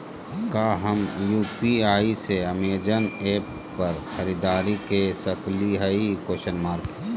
का हम यू.पी.आई से अमेजन ऐप पर खरीदारी के सकली हई?